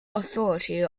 authority